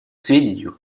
сведению